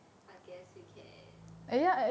I guess you can